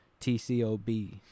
tcob